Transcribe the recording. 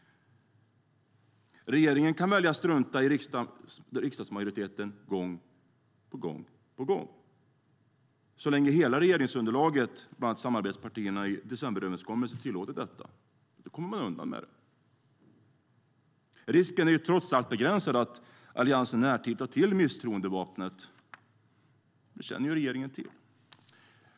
Regeringen kan välja att strunta i riksdagsmajoriteten gång på gång. Så länge hela regeringsunderlaget, bland annat samarbetspartierna i Decemberöverenskommelsen, tillåter detta kommer den undan med det. Risken är trots allt begränsad att Alliansen i närtid tar till misstroendevapnet. Det känner regeringen till.